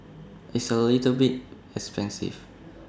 it's A little bit expensive